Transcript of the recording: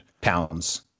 pounds